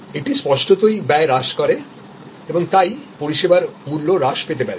এটি স্পষ্টতই ব্যয় হ্রাস করে এবং তাই পরিষেবারমূল্য হ্রাস হতে পারে